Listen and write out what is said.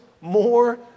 more